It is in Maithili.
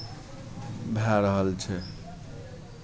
भए रहल छै